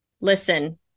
Listen